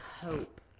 hope